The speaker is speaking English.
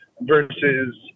versus